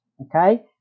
okay